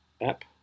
app